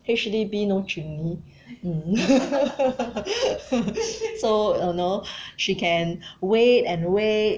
actually be no chimney mm so uh know she can wait and wait